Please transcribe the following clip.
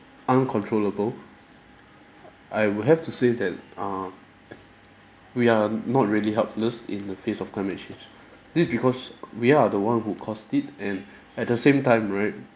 uncontrollable I will have to say that err we are not really helpless in the face of climate change this because we are the one who caused it and at the same time right